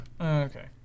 Okay